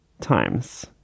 times